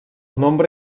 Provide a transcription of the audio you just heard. nombre